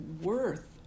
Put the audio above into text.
worth